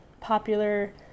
popular